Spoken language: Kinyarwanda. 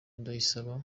ndayisaba